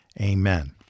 Amen